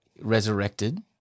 Resurrected